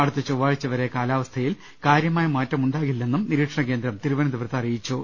അടുത്ത ചൊവ്വാഴ്ച വരെ കാലാവ സ്ഥയിൽ കാര്യമായ മാറ്റം ഉണ്ടാകില്ലെന്നും നിരീക്ഷണകേന്ദ്രം തിരുവനന്തപു രത്ത് അറിയിച്ചു